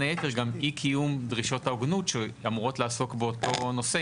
בין היתר גם אי קיום דרישות ההוגנות שאמורות לעסוק באותו נושא,